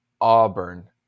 Auburn